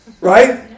Right